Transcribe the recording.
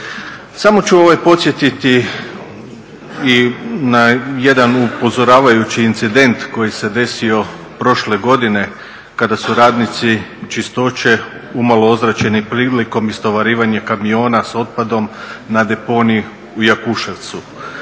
Samo ću podsjetiti i na jedan upozoravajući incident koji se desio prošle godine kada su radnici čistoće umalo ozračeni prilikom istovarivanja kamiona s otpadom na deponij u Jakuševcu.